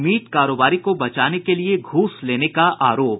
meet कारोबारी को बचाने के लिए घूस लेने का आरोप